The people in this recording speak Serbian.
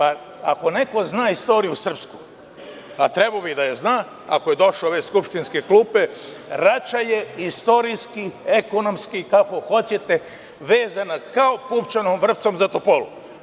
Ako neko zna srpsku istoriju, a trebao bi da je zna ako je došao iz ove skupštinske klupe, Rača je istorijski, ekonomski, kako hoćete, vezana kao pupčanom vrpcom za Topolu.